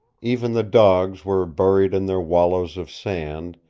even the dogs were buried in their wallows of sand,